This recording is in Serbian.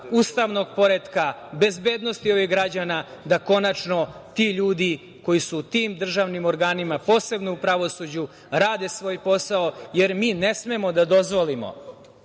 ustavnog poretka, bezbednosti građana, da konačno ti ljudi koji su u tim državnim organima, posebno u pravosuđu, rade svoj posao. Jer, mi ne smemo da dozvolimo